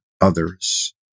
others